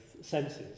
senses